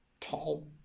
tall